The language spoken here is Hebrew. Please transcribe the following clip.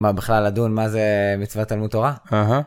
מה בכלל לדון מה זה מצוות תלמוד תורה? - אהה.